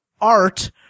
art